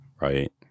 right